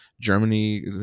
Germany